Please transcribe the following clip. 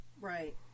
Right